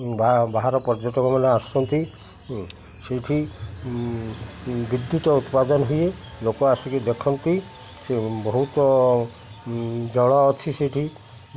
ବା ବାହାର ପର୍ଯ୍ୟଟକ ମାନେ ଆସନ୍ତି ସେଇଠି ବିଦ୍ୟୁତ ଉତ୍ପାଦନ ହୁଏ ଲୋକ ଆସିକି ଦେଖନ୍ତି ସେ ବହୁତ ଜଳ ଅଛି ସେଇଠି